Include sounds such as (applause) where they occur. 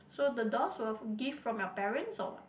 so the dolls were (noise) gift from your parents or what